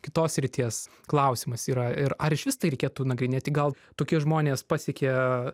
kitos srities klausimas yra ir ar išvis tai reikėtų nagrinėti gal tokie žmonės pasiekė